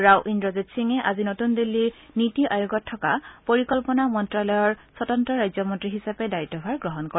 ৰাও ইন্দ্ৰজিৎ সিঙে আজি নতুন দিল্লীৰ নিটি আয়োগত থকা পৰিকল্পনা মন্তালয়ৰ স্বতন্ত্ৰ ৰাজ্যিক মন্ত্ৰী হিচাপে দায়িত্বভাৰ গ্ৰহণ কৰে